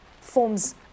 forms